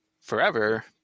forever